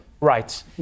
Right